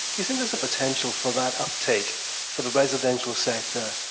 do you think there's a potential for that uptake for the residential sector,